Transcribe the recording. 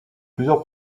plusieurs